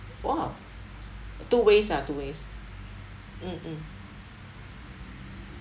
!wow! two ways ah two ways mm mm